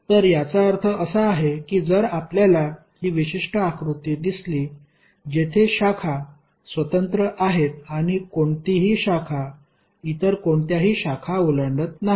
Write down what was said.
तर याचा अर्थ असा आहे की जर आपल्याला ही विशिष्ट आकृती दिसली जेथे शाखा स्वतंत्र आहेत आणि कोणतीही शाखा इतर कोणत्याही शाखा ओलांडत नाहीत